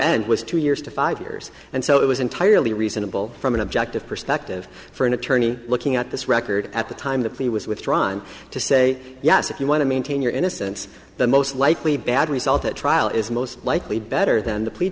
end was two years to five years and so it was entirely reasonable from an objective perspective for an attorney looking at this record at the time the plea was withdrawn to say yes if you want to maintain your innocence the most likely bad result at trial is most likely better than the plea